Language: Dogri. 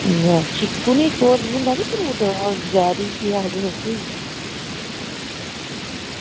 शिकु निं इक्क होर बी होंदा नी फ्रूट केह् आक्खदे उसगी